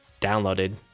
downloaded